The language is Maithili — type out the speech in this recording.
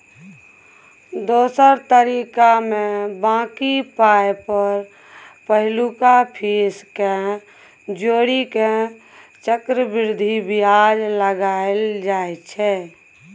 दोसर तरीकामे बॉकी पाइ पर पहिलुका फीस केँ जोड़ि केँ चक्रबृद्धि बियाज लगाएल जाइ छै